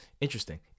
interesting